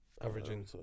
averaging